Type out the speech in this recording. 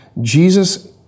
jesus